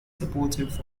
supportive